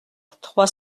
trois